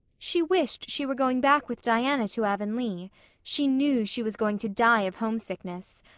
she wished she were going back with diana to avonlea she knew she was going to die of homesickness.